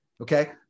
Okay